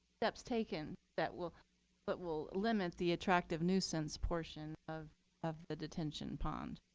steps taken that will but will limit the attractive nuisance portion of of the detention pond.